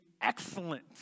excellent